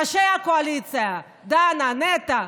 ראשי הקואליציה, דנה, נטע,